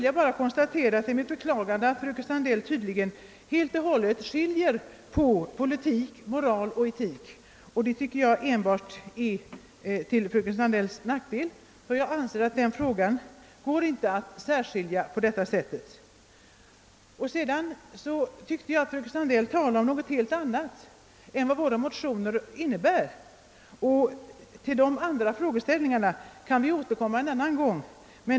Jag konstaterar med beklagande att fröken Sandell tydligen skarpt skiljer mellan å ena sidan politik och å andra sidan moral och etik. Det tycker jag enbart är till fröken Sandells nackdel — det går enligt min mening inte att särskilja dessa frågor. Vidare anser jag att fröken Sandell talat om något helt annat än det som våra motioner gäller. Till dessa andra frågeställningar kan vi återkomma vid ett senare tillfälle.